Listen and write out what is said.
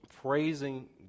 Praising